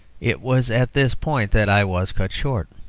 it was at this point that i was cut short,